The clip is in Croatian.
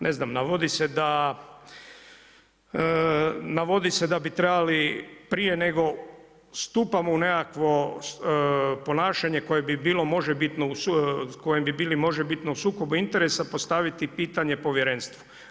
Ne znam, navodi se da, navodi se da bi trebali prije nego stupamo u nekakvo ponašanje koje bi bilo možebitno, kojim bi bili možebitno u sukobu interesa postaviti pitanje povjerenstvu.